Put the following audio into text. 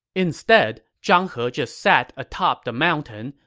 instead, zhang he just sat atop the mountain,